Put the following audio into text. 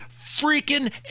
freaking